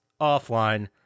offline